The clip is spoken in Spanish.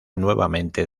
nuevamente